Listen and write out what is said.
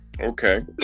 Okay